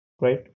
right